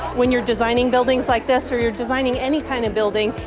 when you're designing buildings like this, or you're designing any kind of building,